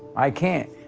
i can't.